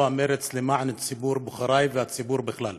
המרץ למען ציבור בוחרי והציבור בכלל.